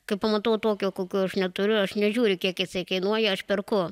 kai pamatau tokio kokio aš neturiu aš nežiūriu kiek jisai kainuoja aš perku